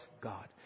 God